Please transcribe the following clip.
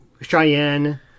cheyenne